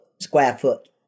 square-foot